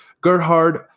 Gerhard